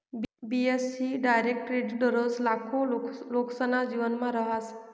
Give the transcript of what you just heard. बी.ए.सी direct credit दररोज लाखो लोकेसना जीवनमा रहास